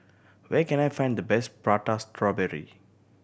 where can I find the best Prata Strawberry